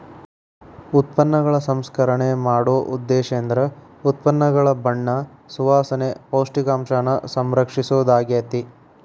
ಉತ್ಪನ್ನಗಳ ಸಂಸ್ಕರಣೆ ಮಾಡೊ ಉದ್ದೇಶೇಂದ್ರ ಉತ್ಪನ್ನಗಳ ಬಣ್ಣ ಸುವಾಸನೆ, ಪೌಷ್ಟಿಕಾಂಶನ ಸಂರಕ್ಷಿಸೊದಾಗ್ಯಾತಿ